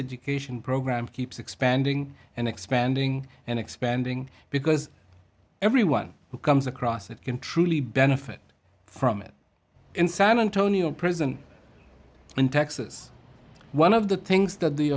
education program keeps expanding and expanding and expanding because everyone who comes across it can truly benefit from it in san antonio prison in texas one of the things that the